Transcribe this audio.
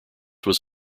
was